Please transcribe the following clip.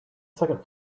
second